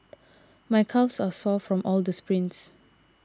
my calves are sore from all the sprints